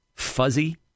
fuzzy